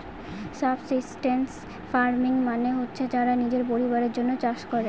subsistence farming মানে হচ্ছে যারা নিজের পরিবারের জন্য চাষ করে